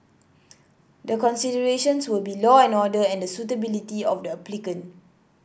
the considerations will be law and order and the suitability of the applicant